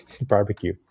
Barbecue